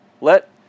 let